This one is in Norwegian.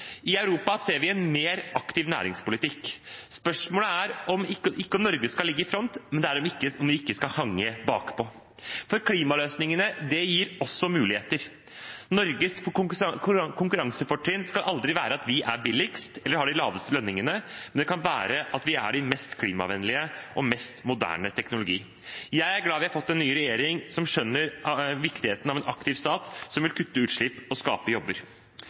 I Europa ser vi en mer aktiv næringspolitikk. Spørsmålet er ikke om Norge skal ligge i front, men at vi ikke skal henge bakpå. For klimaløsningene gir også muligheter. Norges konkurransefortrinn skal aldri være at vi er billigst eller har de laveste lønningene, men det kan være at vi har den mest klimavennlige og mest moderne teknologien. Jeg er glad for at vi har fått en ny regjering som skjønner viktigheten av en aktiv stat, som vil kutte utslipp og skape jobber.